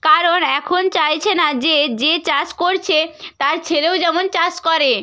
কারণ এখন চাইছে না যে যে চাষ করছে তার ছেলেও যেমন চাষ করে